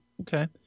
Okay